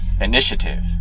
Initiative